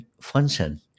function